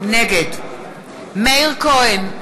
נגד מאיר כהן,